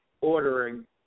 ordering